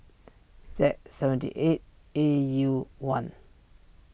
Z seventy eight A U one